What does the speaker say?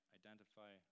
identify